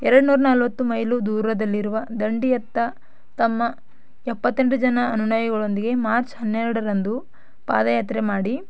ಎರ್ಡು ನೂರಾ ನಲ್ವತ್ತು ಮೈಲಿ ದೂರದಲ್ಲಿರುವ ದಂಡಿಯತ್ತ ತಮ್ಮ ಎಪ್ಪತ್ತೆಂಟು ಜನ ಅನುಯಾಯಿಗಳೊಂದಿಗೆ ಮಾರ್ಚ್ ಹನ್ನೆರಡರಂದು ಪಾದಯಾತ್ರೆ ಮಾಡಿ